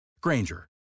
Granger